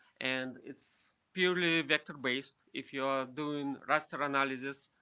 and it's purely vector based. if you're doing raster analysis,